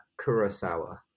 Kurosawa